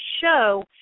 show